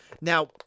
Now